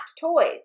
toys